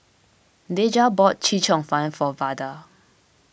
Deja bought Chee Cheong Fun for Vada